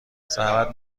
زحمت